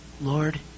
Lord